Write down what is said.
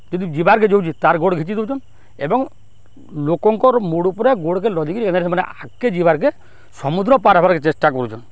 ଯଦି ଯିବାର୍କେ ଯଉଛେ ତାର୍ ଗୋଡ଼୍ ଘିଚି ଦଉଚନ୍ ଏବଂ ଲୋକଙ୍କର୍ ମୁଡ଼୍ ଉପ୍ରେ ଗୋଡ଼୍କେ ଲଦିକିରି କେନ୍ତାକରି ସେମାନେ ଆଗ୍କେ ଯିବାର୍କେ ସମୁଦ୍ର ପାର୍ ହବାର୍କେ ଚେଷ୍ଟା କରୁଚନ୍